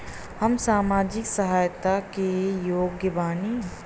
हम सामाजिक सहायता के योग्य बानी?